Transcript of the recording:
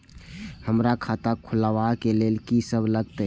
हमरा खाता खुलाबक लेल की सब लागतै?